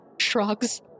Shrugs